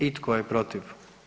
I tko je protiv?